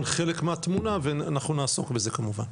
חלק מהתמונה ואנחנו נעסוק בזה כמובן.